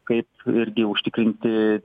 kaip irgi užtikrinti